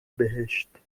بهشت